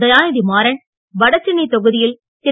தயாநிதி மாறன் வடசென்னை தொகுதியில் திரு